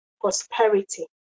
prosperity